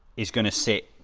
is going to sit